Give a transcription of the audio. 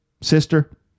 sister